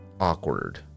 awkward